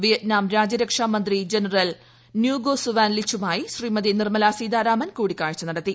Vietnam രാജ്യരക്ഷാ മന്ത്രി general Ngo Xuan ലിച്ചുമായിശ്രീമതി നിർമ്മല സീതാരാമൻ കൂടിക്കാഴ്ച നടത്തി